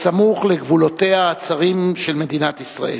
בסמוך לגבולותיה הצרים של ישראל,